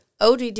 ODD